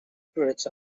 periods